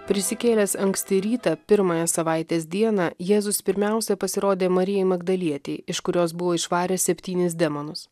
prisikėlęs anksti rytą pirmąją savaitės dieną jėzus pirmiausia pasirodė marijai magdalietei iš kurios buvo išvaręs septynis demonus